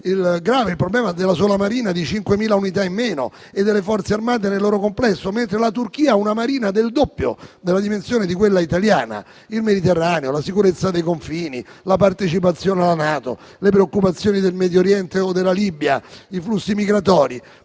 il problema per la Marina di 5.000 unità in meno e inoltre delle Forze armate nel loro complesso, mentre la Turchia ha una Marina del doppio della dimensione di quella italiana. Il Mediterraneo, la sicurezza dei confini, la partecipazione alla NATO, le preoccupazioni del Medio Oriente o della Libia, i flussi migratori: